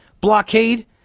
blockade